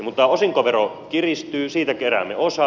mutta osinkovero kiristyy siitä keräämme osan